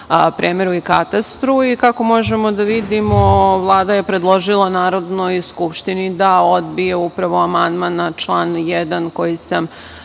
premeru i katastru i, kako možemo da vidimo, Vlada je predložila Narodnoj skupštini da odbiju upravo amandman na član 1. koji sam